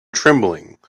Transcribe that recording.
trembling